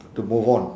to move on